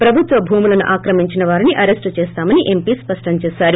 ప్రభుత్వ భూములను ఆక్రమించిన వారిని అరెస్టు చేస్తామని ఎంపీ స్పష్టం చేశారు